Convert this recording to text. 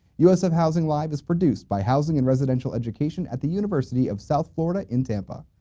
usf housing live! is produced by housing and residential education at the university of south florida in tampa.